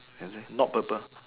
can say not purple